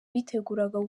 biteguraga